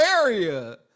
area